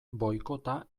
boikota